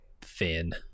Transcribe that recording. thin